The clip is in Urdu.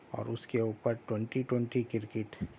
اور اس کے اوپر ٹونٹی ٹونٹی کرکٹ